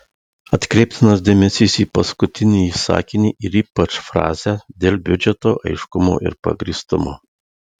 atkreiptinas dėmesys į paskutinįjį sakinį ir ypač frazę dėl biudžeto aiškumo ir pagrįstumo